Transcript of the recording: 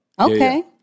Okay